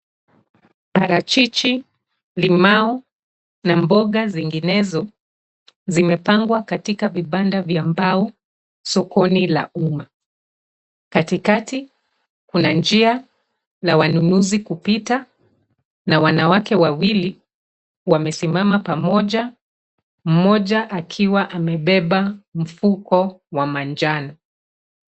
Parachichi, limau, na mboga zinginezo zimepangwa katika vibanda vya mbao sokoni la umma. Katikati, kuna njia na wanunuzi kupita, na wanawake wawili wamesimama pamoja, mmoja akia amebeba mfuko wa manjano.